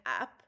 up